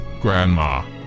Grandma